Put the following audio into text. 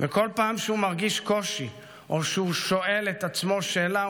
ובכל פעם שהוא מרגיש קושי או שהוא שואל את עצמו שאלה,